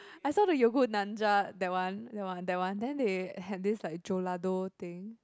I saw the that one that one then they had this like Jeolla-do thing